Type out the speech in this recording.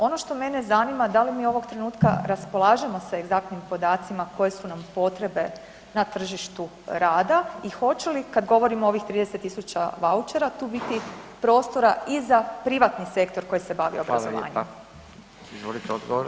Ono što mene zanima da li mi ovog trenutka raspolažemo sa egzaktnim podacima koje su nam potrebe na tržištu rada i hoće li kad govorimo o ovih 30.000 vaučera tu biti prostora i za privatni sektor koji se bavi obrazovanjem.